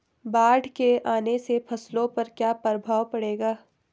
बाढ़ के आने से फसलों पर क्या प्रभाव पड़ेगा?